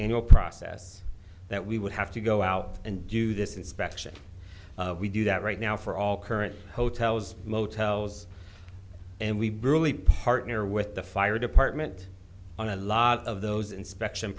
annual process that we would have to go out and do this inspection we do that right now for all current hotels motels and we really partner with the fire department on a lot of those inspection